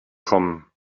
kommen